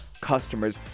customers